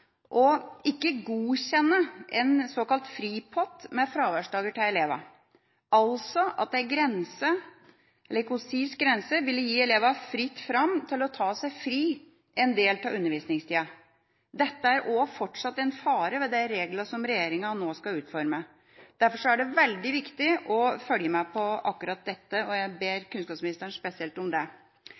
bl.a. ikke å godkjenne en såkalt fri-pott med fraværsdager til elevene, altså at en konsis grense ville gi elever fritt fram til å ta seg fri en del av undervisningstiden. Dette er også fortsatt en fare ved reglene regjeringa nå skal utforme. Derfor er det veldig viktig å følge med på akkurat dette, og jeg ber kunnskapsministeren spesielt om det.